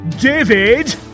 David